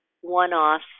one-off